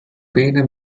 pena